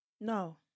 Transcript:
No